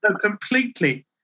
completely